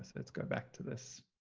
let's go back to this.